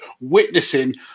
witnessing